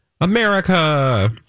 America